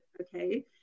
okay